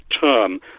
term